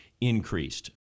increased